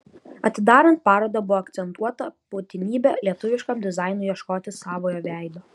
atidarant parodą buvo akcentuota būtinybė lietuviškam dizainui ieškoti savojo veido